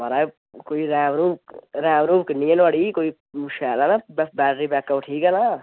महाराज कोई RAM ROM RAM ROM किन्नी ऐ नोहाड़ी कोई शैल ऐ ना बैटरी बैकअप ठीक ऐ ना